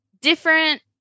different